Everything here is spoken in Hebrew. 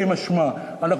זה בלב.